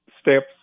steps